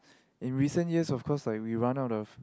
in recent years of course like we run out of